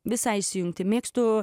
visai įsijungti mėgstu